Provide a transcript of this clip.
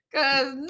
Cause